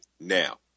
now